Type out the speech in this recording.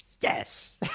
yes